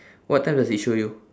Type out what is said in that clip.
what time does it show you